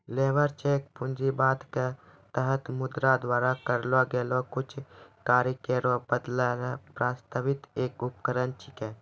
labour check पूंजीवाद क तहत मुद्रा द्वारा करलो गेलो कुछ कार्य केरो बदलै ल प्रस्तावित एक उपकरण छिकै